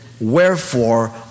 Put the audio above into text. wherefore